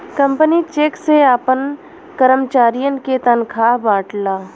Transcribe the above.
company cheque से आपन करमचारियन के तनखा बांटला